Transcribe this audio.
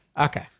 Okay